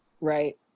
right